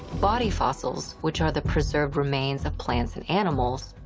body fossils, which are the preserved remains of plants and animals,